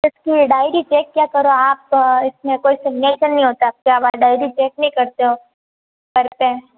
इसकी ये diary check किया करो आप इसमें कोई सिग्नेचर नहीं होता क्या आप डायरी चेक नहीं करते हो घर पे